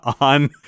on